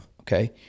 okay